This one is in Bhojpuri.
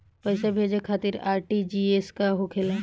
पैसा भेजे खातिर आर.टी.जी.एस का होखेला?